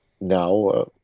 now